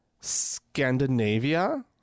Scandinavia